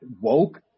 woke